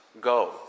go